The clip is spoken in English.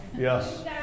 Yes